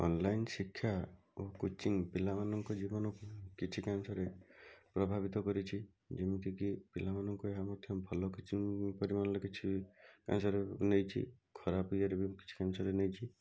online ଶିକ୍ଷା ଓ coaching ପିଲାମାନଙ୍କ ଜୀବନକୁ କିଛିକାଂଶରେ ପ୍ରଭାବିତ କରିଛି ଯେମିତିକି ପିଲାମାନକୁ ଏହା ମଧ୍ୟ ଭଲ କିଛି ପରିମାଣରେ କିଛି କାଂଶରେ ନେଇଛି ଖରାପ ଇଏରେ ବି କିଛି କାଂଶରେ ନେଇଛି